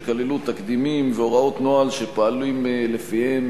שכללו תקדימים והוראות נוהל שפועלים לפיהם